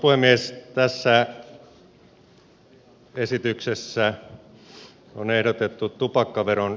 tässä esityksessä on ehdotettu tupakkaveron korotusta